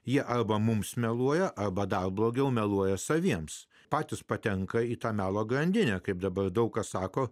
jie arba mums meluoja arba dar blogiau meluoja saviems patys patenka į tą melo grandinę kaip dabar daug kas sako